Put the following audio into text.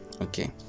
okay